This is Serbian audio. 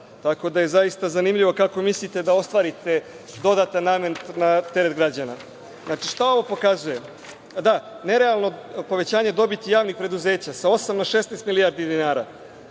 tako da je zaista zanimljivo kako mislite da ostvarite dodatan namet na teret građana. Znači, šta ovo pokazuje? Nerealno povećanje dobiti javnih preduzeća sa osam na 16 milijardi dinara.